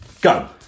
Go